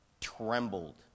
trembled